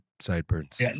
sideburns